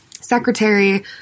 secretary